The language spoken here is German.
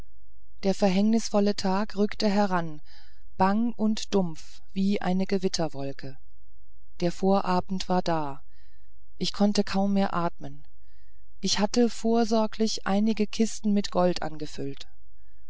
der verhängnisvolle tag rückte heran bang und dumpf wie eine gewitterwolke der vorabend war da ich konnte kaum mehr atmen ich hatte vorsorglich einige kisten mit gold angefüllt